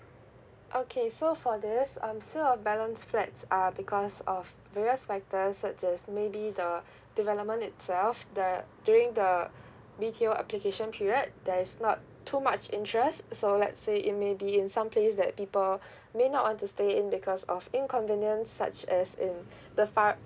okay so for this um sale of balance flats are because of various factors such as maybe the development itself that during the B_T_O application period there's not too much interest so let's say in maybe in some place that people may not want to stay in because of inconvenience such as in the far